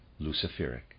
Luciferic